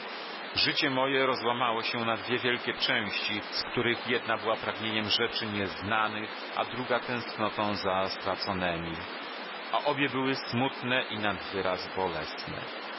życie moje rozłamało się na dwie wielkie części z których jedna była pragnieniem rzeczy nieznanych a druga tęsknotą za straconemi a obie były smutne i nad wyraz bolesne